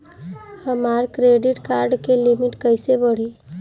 हमार credit card के limit कइसे बढ़ी?